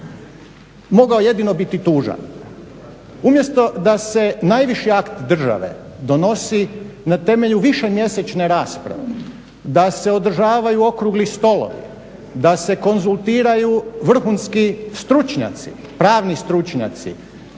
mogao jedino biti tužan. Umjesto da se najviši akt države donosi na temelju višemjesečne rasprave, da se održavaju okrugli stolovi, da se konzultiraju vrhunski stručnjaci, pravni stručnjaci,